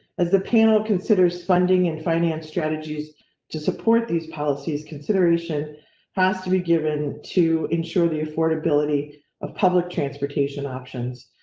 as the panel considers funding and finance strategies to support these policies consideration has to be given to ensure the affordability of public transportation options,